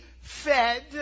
fed